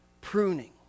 pruning